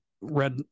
red